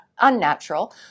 unnatural